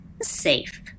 safe